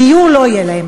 דיור לא יהיה לה.